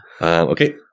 Okay